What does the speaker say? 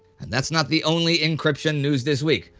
and that's not the only encryption news this week.